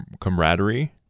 camaraderie